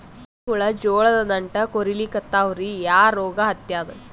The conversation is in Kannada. ಮರಿ ಹುಳ ಜೋಳದ ದಂಟ ಕೊರಿಲಿಕತ್ತಾವ ರೀ ಯಾ ರೋಗ ಹತ್ಯಾದ?